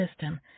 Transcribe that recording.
system